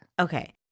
Okay